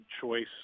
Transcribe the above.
choice